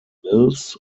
mills